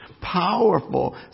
powerful